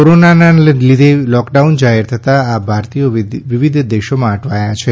કોરોનાના લીધે લોકડાઉન જાહેર થતા આ ભારતીયો વિવિધ દેશોમાં અટવાયા છે